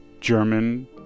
German